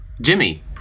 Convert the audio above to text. jimmy